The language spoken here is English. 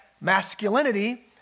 masculinity